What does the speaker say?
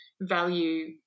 value